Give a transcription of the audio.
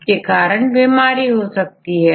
जिसके कारण बीमारी हो सकती है